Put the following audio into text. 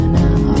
now